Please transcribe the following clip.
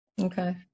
Okay